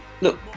Look